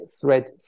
thread